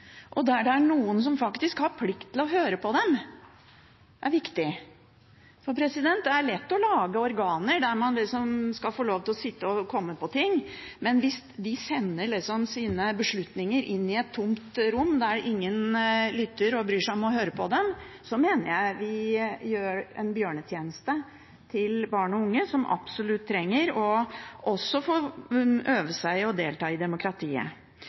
og der det er noen som faktisk har plikt til å høre på dem, er viktig. Det er lett å lage organer der man liksom skal få lov til å sitte og komme på ting, men hvis de sender sine beslutninger inn i et tomt rom, der ingen lytter og bryr seg om å høre på dem, mener jeg vi gjør barn og unge, som absolutt trenger å øve seg på å delta i demokratiet,